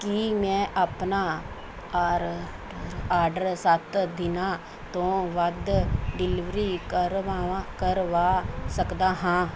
ਕੀ ਮੈਂ ਆਪਣਾ ਆਰ ਆਰਡਰ ਸੱਤ ਦਿਨਾਂ ਤੋਂ ਵੱਧ ਡਿਲੀਵਰੀ ਕਰਵਾਵਾ ਕਰਵਾ ਸਕਦਾ ਹਾਂ